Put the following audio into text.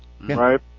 Right